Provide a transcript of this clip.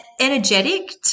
energetic